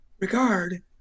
regard